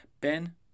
Ben